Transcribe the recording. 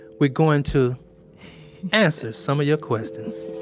we're going to answer some of your questions.